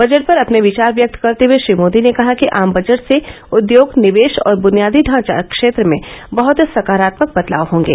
budget पर अपने विचार व्यक्त करते हुए श्री मोदी ने कहा कि आम बजट से उद्योग निवेश और बुनियादी ढांचा क्षेत्र में बहत सकारात्मक बदलाव होंगे